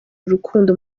urukundo